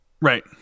Right